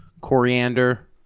coriander